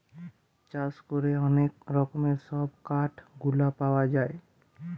চাষ করে অনেক রকমের সব কাঠ গুলা পাওয়া যায়